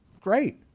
great